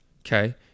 okay